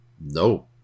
No